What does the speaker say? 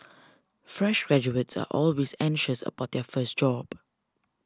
fresh graduates are always anxious about their first job